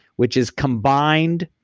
which is combined,